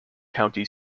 county